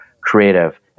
creative